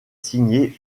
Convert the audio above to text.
signée